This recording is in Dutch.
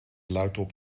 luidop